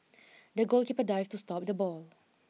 the goalkeeper dived to stop the ball